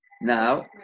now